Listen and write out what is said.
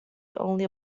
only